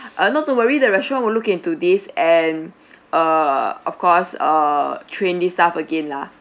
uh not to worry the restaurant will look into this and err of course err train this staff again lah